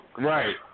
Right